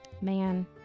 Man